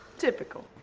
typical.